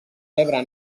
pebre